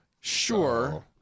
Sure